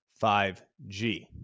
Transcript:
5G